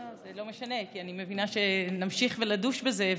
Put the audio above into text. זה לא משנה, כי אני מבינה שנמשיך ונדוש בזה,